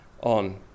on